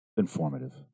Informative